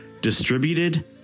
distributed